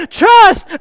trust